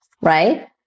right